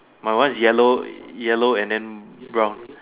my one is yellow yellow and then brown